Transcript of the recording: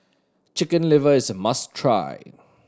Chicken Liver is a must try